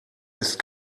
ist